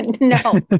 No